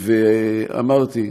אמרתי,